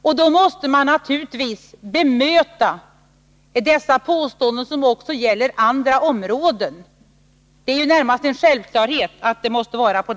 Och då måste jag naturligtvis bemöta dessa påståenden, som också gäller andra områden. Det är närmast en självklarhet att det måste vara så.